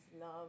love